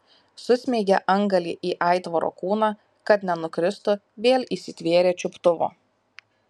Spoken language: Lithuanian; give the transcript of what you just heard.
susmeigė antgalį į aitvaro kūną kad nenukristų vėl įsitvėrė čiuptuvo